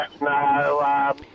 No